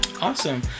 Awesome